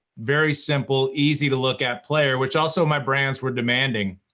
very simple, easy to look at player, which also my brands were demanding.